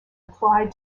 applied